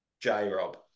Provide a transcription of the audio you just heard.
J-Rob